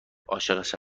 عاشقش